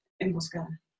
Emboscada